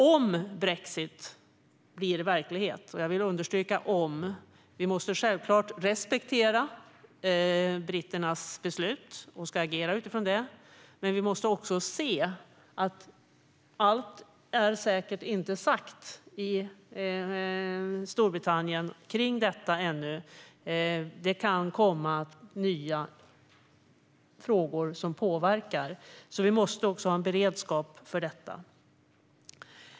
Om brexit blir verklighet - jag vill understryka om - måste vi självfallet respektera britternas beslut och agera utifrån det, men vi måste också inse att allt säkert inte är sagt i Storbritannien om detta ännu. Det kan komma nya frågor som påverkar, så vi måste ha en beredskap för det.